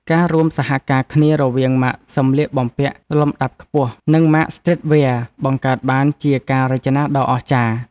ការរួមសហការគ្នារវាងម៉ាកសម្លៀកបំពាក់លំដាប់ខ្ពស់ និងម៉ាកស្ទ្រីតវែរបង្កើតបានជាការរចនាដ៏អស្ចារ្យ។